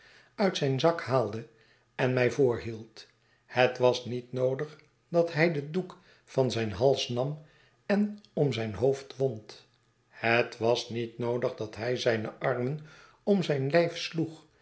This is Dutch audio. uit zijn zak haalde en mij voorhield het was niet noodig dat hij den doek van zijn hals nam en om zijn hoofd wond het was niet noodig dat hij zijne armen om zijn